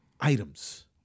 items